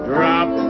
Drop